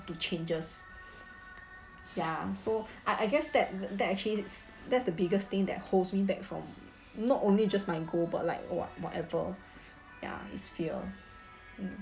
to changes ya so I I guess that that actually s~ that's the biggest thing that holds me back from not only just my goal but like what whatever ya it's fear mm